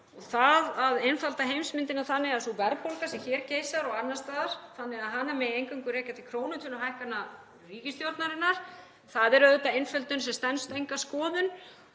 Það að einfalda heimsmyndina þannig að þá verðbólgu sem hér geisar og annars staðar megi eingöngu rekja til krónutöluhækkana ríkisstjórnarinnar er auðvitað einföldun sem stenst enga skoðun